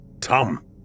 Tom